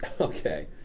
Okay